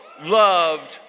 loved